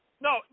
No